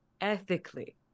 ethically